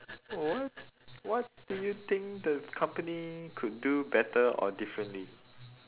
what what do think the company could do better or differently